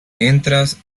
entras